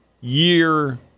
year